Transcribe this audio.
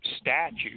statute